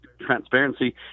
transparency